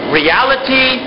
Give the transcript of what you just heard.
reality